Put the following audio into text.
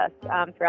throughout